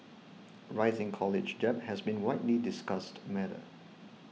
rising college debt has been a widely discussed matter